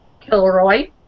Kilroy